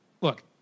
look